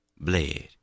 bled